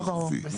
ברור, ברור.